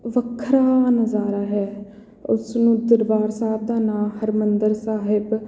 ਵੱਖਰਾ ਨਜ਼ਾਰਾ ਹੈ ਉਸ ਨੂੰ ਦਰਬਾਰ ਸਾਹਿਬ ਦਾ ਨਾਂ ਹਰਿਮੰਦਰ ਸਾਹਿਬ